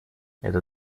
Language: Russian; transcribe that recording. это